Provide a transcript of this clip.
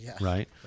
Right